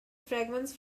fragments